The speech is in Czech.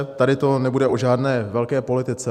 Tady to nebude o žádné velké politice.